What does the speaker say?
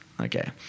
Okay